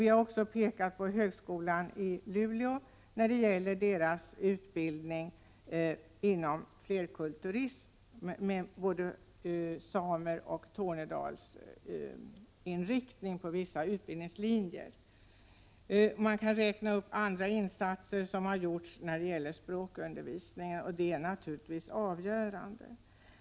Vi har också pekat på högskolan i Luleå. Högskolans flerkulturutbildning har på vissa utbildningslinjer både samisk och tornedalsk inriktning. Man kan räkna upp andra insatser som har gjorts när det gäller språkundervisning, och det är naturligtvis avgörande.